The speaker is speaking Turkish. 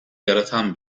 yaratan